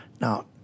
Now